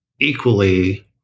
equally